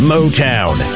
Motown